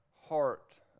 heart